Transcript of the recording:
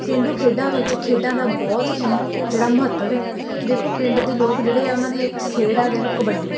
ਪੇਂਡੂ ਖੇਡਾਂ ਵਿੱਚ ਖੇਡਾਂ ਦਾ ਬਹੁਤ ਹੀ ਜਿਹੜਾ ਮਹੱਤਵ ਆ ਦੇਖੋ ਪਿੰਡ ਦੇ ਲੋਕ ਜਿਹੜੇ ਆ ਉਹਨਾਂ ਦੀ ਇੱਕ ਖੇਡ ਆ ਦੇਖੋ ਕਬੱਡੀ